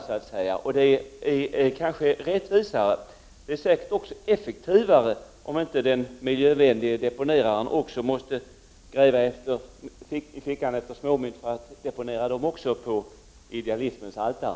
Det är kanske mer rättvist — och det är säkert också effektivare — om den miljövänliga ”deponeraren” inte måste gräva i fickorna efter småmynt för att deponera också dessa på idealismens altare.